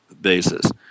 basis